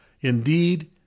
Indeed